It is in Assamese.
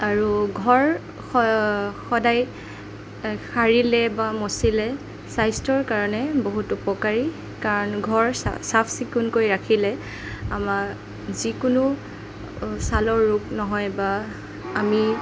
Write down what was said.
আৰু ঘৰ সদায় সাৰিলে বা মচিলে স্বাস্থ্যৰ কাৰণে বহুত উপকাৰী কাৰণ ঘৰ চাফ চিকুণকৈ ৰাখিলে আমাৰ যিকোনো চালৰ ৰোগ নহয় বা আমি